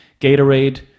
Gatorade